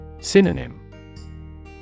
Synonym